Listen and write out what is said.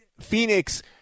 Phoenix